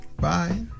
Bye